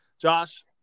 Josh